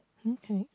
okay